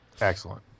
Excellent